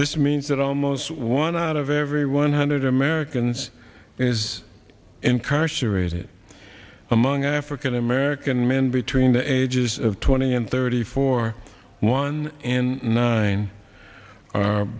this means that almost one out of every one hundred americans is incarcerated among african american men between the ages of twenty and thirty four one in nine